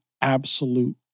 absolute